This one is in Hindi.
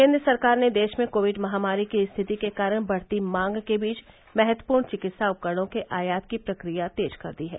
केन्द्र सरकार ने देश में कोविड महामारी की स्थिति के कारण बढती मांग के बीच महत्वपूर्ण चिकित्सा उपकरणों के आयात की प्रकिया तेज कर दी है